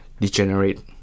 degenerate